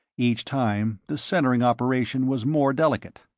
each time the centering operation was more delicate.